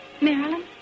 Maryland